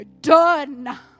done